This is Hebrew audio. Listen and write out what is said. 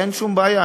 אין שום בעיה.